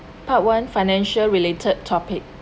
part one financial related topic